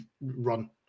run